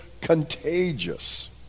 contagious